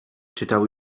czytał